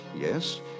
yes